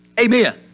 Amen